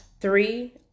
three